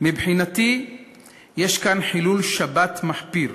מבחינתי יש כאן חילול שבת מחפיר,